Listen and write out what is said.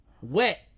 Wet